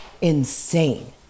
insane